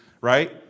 Right